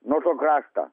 nuo to krašto